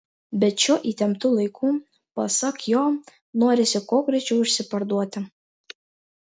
bet šiuo įtemptu laiku pasak jo norisi kuo greičiau išsiparduoti